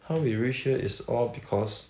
how we reach here is all because